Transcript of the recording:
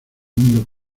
mundo